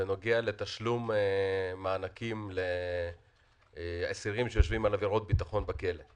בנוגע לתשלום מענקים לאסירים שיושבים על עבירות ביטחון בכלא.